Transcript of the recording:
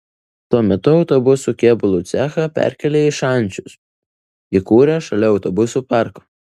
tuo metu autobusų kėbulų cechą perkėlė į šančius įkūrė šalia autobusų parko